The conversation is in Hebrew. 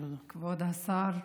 כבוד השר,